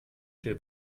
dir